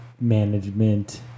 management